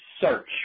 search